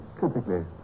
Typically